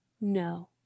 no